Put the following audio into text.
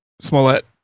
Smollett